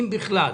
אם בכלל.